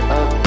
up